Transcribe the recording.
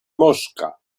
mosca